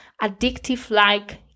addictive-like